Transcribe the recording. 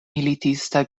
militista